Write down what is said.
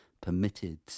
permitted